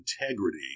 integrity